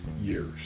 years